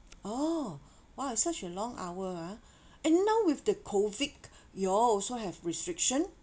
oh !wow! such a long hour ah and now with the COVID you all also have restriction